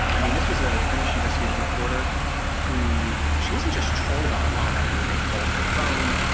i mean, this was a finnish investigative reporter who she wasn't just trolled online i mean, they called her phone,